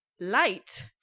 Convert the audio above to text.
light